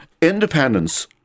independence